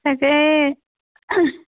তাকেই